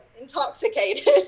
intoxicated